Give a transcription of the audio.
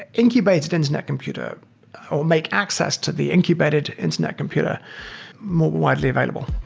ah incubated internet computer or make access to the incubated internet computer more widely available